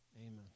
Amen